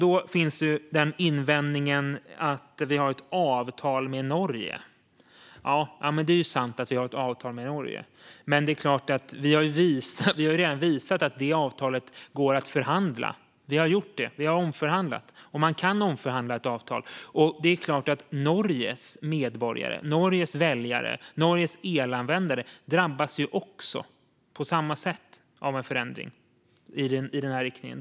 Då finns invändningen att det finns ett avtal med Norge. Det är sant att det finns ett avtal med Norge, men vi har redan visat att avtalet går att förhandla. Det har skett; vi har omförhandlat. Man kan omförhandla ett avtal. Norges medborgare, väljare och elanvändare drabbas också på samma sätt av en förändring.